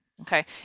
Okay